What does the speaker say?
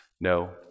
No